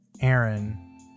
Aaron